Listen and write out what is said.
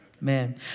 Man